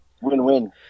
win-win